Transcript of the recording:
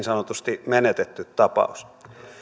sanotusti menetetty tapaus